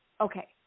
okay